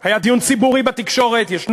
היה דיון ציבורי בתקשורת, ויש.